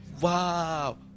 wow